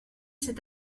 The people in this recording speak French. cet